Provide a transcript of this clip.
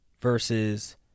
versus